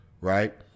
Right